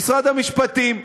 למשרד המשפטים.